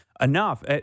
enough